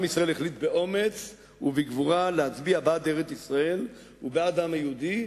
עם ישראל החליט באומץ ובגבורה להצביע בעד ארץ-ישראל ובעד העם היהודי,